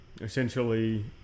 essentially